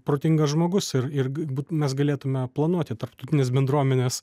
protingas žmogus ir ir gal mes galėtume planuoti tarptautinės bendruomenės